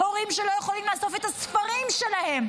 הורים שלא יכולים לאסוף את הספרים שלהם,